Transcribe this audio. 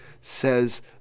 says